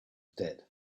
dead